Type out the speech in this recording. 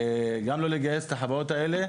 גם לא לגייס את החברות האלה,